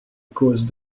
cause